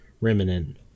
remnant